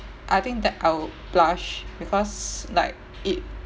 I think that I'd blush because like it